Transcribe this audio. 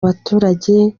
baturage